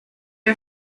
are